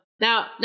now